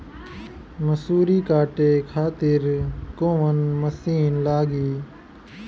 मसूरी काटे खातिर कोवन मसिन लागी?